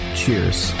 cheers